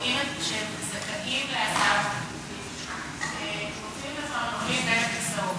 שהם עצמם זכאים להסעה מוצאים את עצמם נופלים בין הכיסאות,